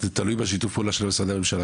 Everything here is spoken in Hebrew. זה תלוי בשיתוף הפעולה של משרדי הממשלה.